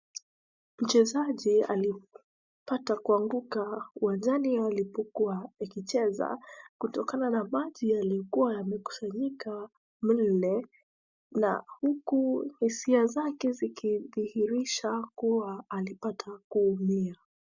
Mchezaji alipata kuanguka uwanjani alipokuwa akicheza kutokana na maji yaliokuwa yamekusanyika mle na uku hisia zake zikidhiirisha kuwa alipata kuumia.